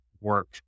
work